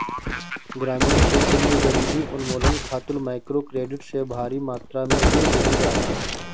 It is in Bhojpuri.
ग्रामीण क्षेत्र में गरीबी उन्मूलन खातिर माइक्रोक्रेडिट से भारी मात्रा में ऋण देहल जाला